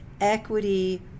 equity